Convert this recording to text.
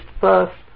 first